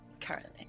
currently